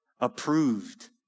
Approved